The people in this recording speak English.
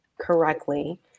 correctly